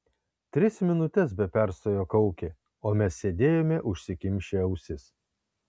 tris minutes be perstojo kaukė o mes sėdėjome užsikimšę ausis